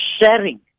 Sharing